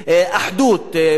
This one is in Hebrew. אחדות,